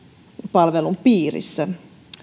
palvelun piirissä